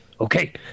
Okay